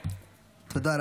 טלי,